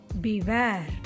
beware